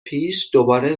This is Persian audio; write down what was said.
پیش، دوباره